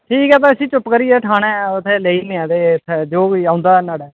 ठीक ऐ उसी चुप्प करियै ठाने लेई जन्ने आं ते जो बी औंदा नुहाड़े